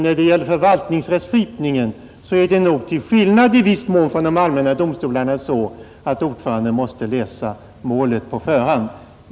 När det gäller förvaltningsrättskipningen — i viss mån till skillnad från vad vad som gäller vid de allmänna domstolarna — förmodar jag att rättens ordförande måste läsa målen på förhand.